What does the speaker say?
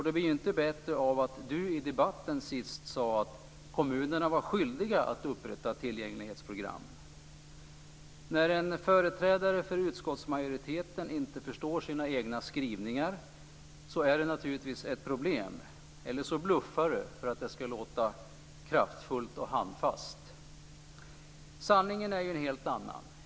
Det blir ju inte bättre av att Rune Evensson i debatten senast sade att kommunerna är skyldiga att upprätta tillgänglighetsprogram. När en företrädare för utskottsmajoriteten inte förstår sina egna skrivningar är det naturligtvis ett problem, eller också bluffar han för att det skall låta kraftfullt och handfast. Sanningen är ju en helt annan.